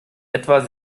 etwa